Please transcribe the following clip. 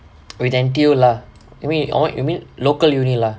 with N_T_U lah wait orh you mean local university lah